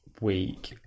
week